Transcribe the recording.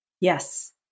Yes